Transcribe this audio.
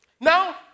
Now